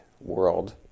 world